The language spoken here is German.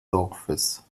dorfes